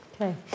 Okay